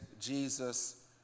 Jesus